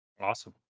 awesome